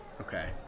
Okay